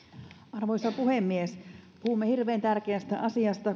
arvoisa puhemies puhumme hirveän tärkeästä asiasta